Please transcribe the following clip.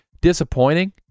Disappointing